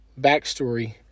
backstory